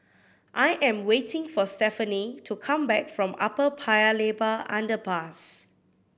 I am waiting for Stefanie to come back from Upper Paya Lebar Underpass